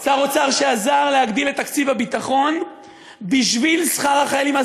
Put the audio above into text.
שר אוצר שעזר להגדיל את תקציב הביטחון בשביל שכר החיילים.